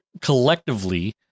collectively